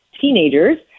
teenagers